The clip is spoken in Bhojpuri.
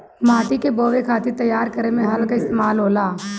माटी के बोवे खातिर तैयार करे में हल कअ इस्तेमाल होला